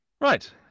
Right